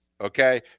Okay